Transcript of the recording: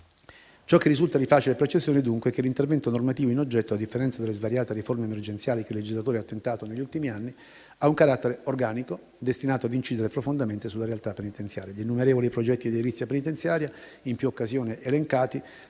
Ciò che risulta di facile percezione, dunque, è che l'intervento normativo in oggetto, a differenza delle svariate riforme emergenziali che il legislatore ha tentato negli ultimi anni, ha un carattere organico, destinato a incidere profondamente sulla realtà penitenziaria. Gli innumerevoli progetti di edilizia penitenziaria, elencati